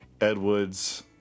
Edward's